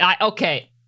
okay